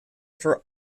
for